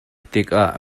tikah